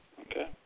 Okay